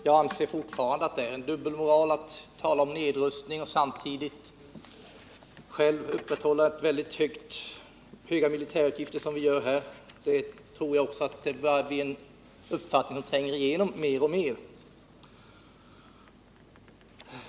Jag anser fortfarande att det är dubbelmoral att tala om nedrustning och samtidigt själva upprätthålla höga militära utgifter som vi gör här i Sverige, och det tror jag är en uppfattning som tränger igenom mer och mer.